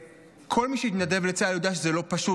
וכל מי שהתנדב לצה"ל יודע שזה לא פשוט